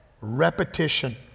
repetition